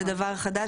זה דבר חדש